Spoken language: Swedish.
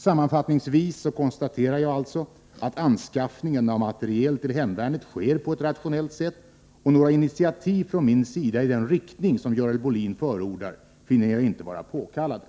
Sammanfattningsvis konstaterar jag alltså, att anskaffningen av materiel till hemvärnet sker på ett rationellt sätt, och några initiativ från min sida i den riktning som Görel Bohlin förordar finner jag inte vara påkallade.